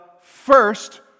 first